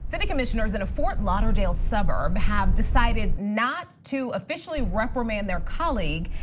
city commissioners and a fort lauderdale suburb have decided not to officially reprimand their colleague,